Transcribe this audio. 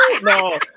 No